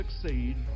succeed